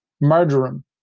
Marjoram